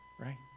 right